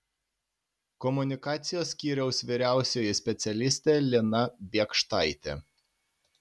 komunikacijos skyriaus vyriausioji specialistė lina biekštaitė